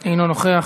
אינו נוכח.